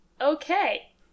Okay